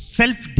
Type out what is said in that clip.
self